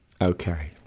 Okay